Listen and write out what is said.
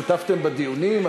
שותפתם בדיונים?